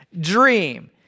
dream